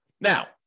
Now